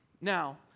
Now